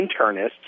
internists